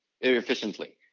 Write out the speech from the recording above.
efficiently